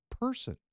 person